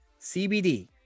cbd